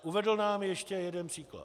Uvedl nám ještě jeden příklad.